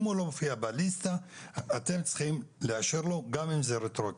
אם הוא לא מופיע ברשימה אתם צריכים לאשר לו גם אם זה רטרואקטיבית.